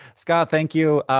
scott, thank you.